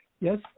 Yes